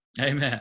Amen